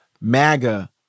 MAGA